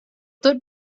tot